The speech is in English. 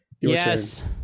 Yes